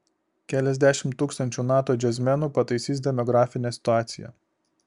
keliasdešimt tūkstančių nato džiazmenų pataisys demografinę situaciją